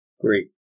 Great